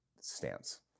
stance